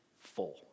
full